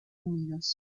unidos